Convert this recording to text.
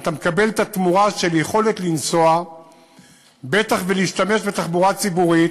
אתה מקבל את התמורה של יכולת לנסוע ולהשתמש בתחבורה ציבורית